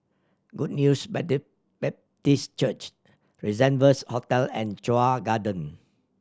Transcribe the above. Good News Baptist Church Rendezvous Hotel and Chuan Garden